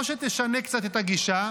או שתשנה קצת את הגישה.